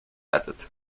added